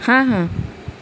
ہاں ہاں